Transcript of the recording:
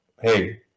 Hey